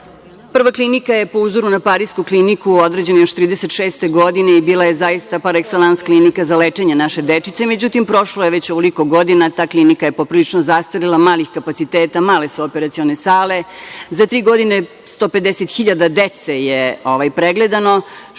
Prva klinika je po uzoru na parisku kliniku odrađena još 1936. godine i bila je zaista par ekselans klinika za lečenje naše dečice, međutim, prošlo je već ovoliko godina, ta klinika je poprilično zastarela, malih kapaciteta, male su operacione sale. Za tri godine 150.000 dece je pregledano,